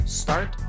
start